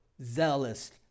Zealous